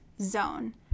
zone